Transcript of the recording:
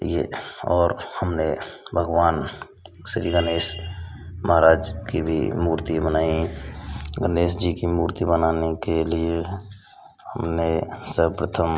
यह और हमने भगवान श्री गनेश महाराज की भी मूर्ति बनाई गनेश जी मूर्ति बनाने के लिए हमने सर्वप्रथम